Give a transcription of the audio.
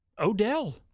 Odell